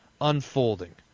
unfolding